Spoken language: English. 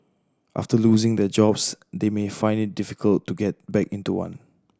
after losing their jobs they may find it difficult to get back into one